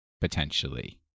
potentially